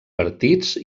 partits